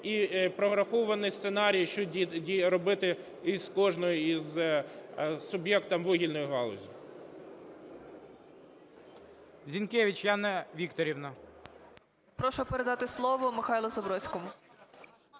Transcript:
і прорахований сценарій, що робити із кожним суб'єктом вугільної галузі.